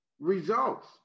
Results